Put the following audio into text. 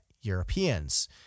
Europeans